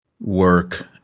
work